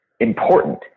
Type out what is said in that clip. important